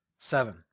Seven